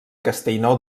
castellnou